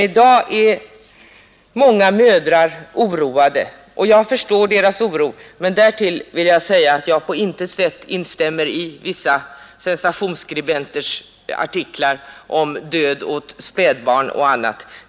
I dag är många mödrar oroade, och jag förstår deras oro, även om jag på intet sätt instämmer i vissa sensationsskribenters artiklar om död för spädbarn etc.